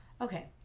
Okay